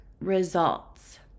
results